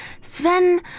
Sven